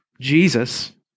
Jesus